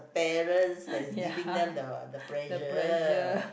parents that is giving them the the pressure